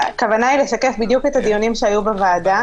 היא לשקף בדיוק את הדיונים שהיו בוועדה.